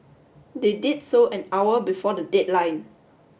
they did so an hour before the deadline